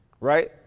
right